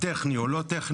על טכני או לא טכני,